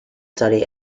study